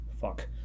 fuck